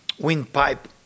windpipe